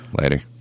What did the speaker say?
Later